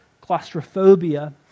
claustrophobia